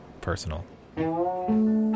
personal